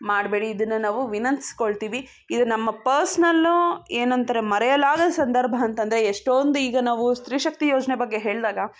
ಮಾಡಬೇಡಿ ಇದನ್ನು ನಾವು ವಿನಂತ್ಸ್ಕೊಳ್ತೀವಿ ಇದು ನಮ್ಮ ಪರ್ಸ್ನಲ್ಲೋ ಏನಂತಾರೆ ಮರೆಯಲಾಗದ ಸಂದರ್ಭ ಅಂತಂದರೆ ಎಷ್ಟೊಂದು ಈಗ ನಾವು ಸ್ತ್ರೀ ಶಕ್ತಿ ಯೋಜನೆ ಬಗ್ಗೆ ಹೇಳಿದಾಗ